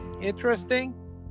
Interesting